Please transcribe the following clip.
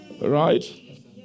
Right